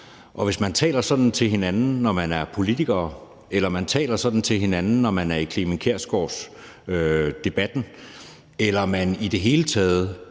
og hvis man taler sådan til hinanden, når man er politiker, eller man taler sådan til hinanden, når man er i Clement Kjersgaards Debatten, eller man i det hele taget